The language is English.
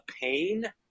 pain